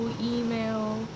email